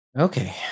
Okay